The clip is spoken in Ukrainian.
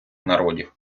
народів